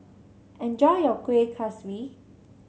enjoy your Kuih Kaswi